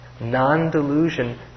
Non-delusion